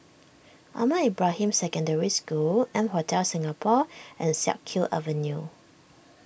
Ahmad Ibrahim Secondary School M Hotel Singapore and Siak Kew Avenue